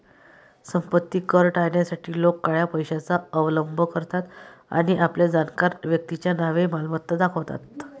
संपत्ती कर टाळण्यासाठी लोक काळ्या पैशाचा अवलंब करतात आणि आपल्या जाणकार व्यक्तीच्या नावे मालमत्ता दाखवतात